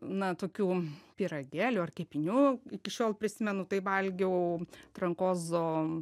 na tokių pyragėlių ar kepinių iki šiol prisimenu tai valgiau trankozo